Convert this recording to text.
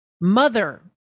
mother